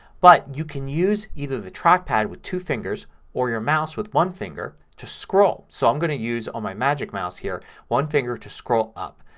but you can use either the trackpad with two fingers or your mouse with one finger to scroll. so i'm going to use on my magic mouse here one finger to scroll up.